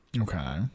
Okay